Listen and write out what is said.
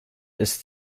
ist